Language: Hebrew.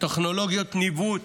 טכנולוגיות ניווט